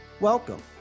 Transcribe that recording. Welcome